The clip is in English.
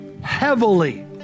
heavily